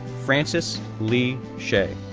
francis lee shea,